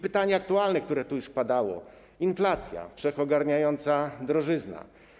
Pytanie aktualne, które tu już padało - inflacja, wszechogarniająca drożyzna.